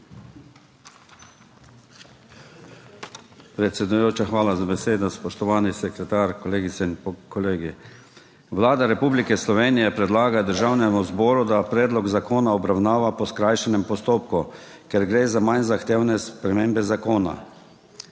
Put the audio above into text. Predsedujoča, hvala za besedo. Spoštovani sekretar, kolegice in kolegi! Vlada Republike Slovenije predlaga Državnemu zboru, da predlog zakona obravnava po skrajšanem postopku, ker gre za manj zahtevne spremembe zakona.